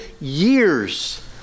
years